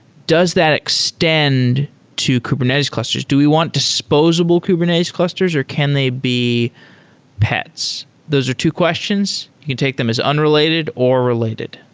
does that extend to kubernetes clusters? clusters? do we want disposable kubernetes clusters or can they be pets? those are two questions. you can take them as unrelated or related